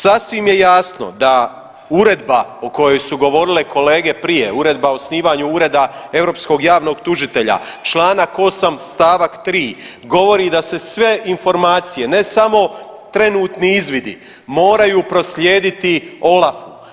Sasvim je jasno da uredba o kojoj su govorile kolege prije, Uredba o osnivanju Ureda europskog javnog tužitelja, čl. 8. st. 3. govori da se sve informacije ne samo trenutni izvidi moraju proslijediti OLAF-u.